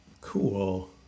Cool